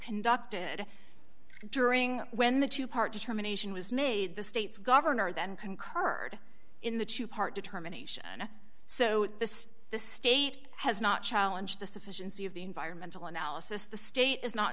conducted during when the two part determination was made the state's governor then concurred in the two part determination so this the state has not challenge the sufficiency of the environmental analysis the state is not